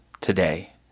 today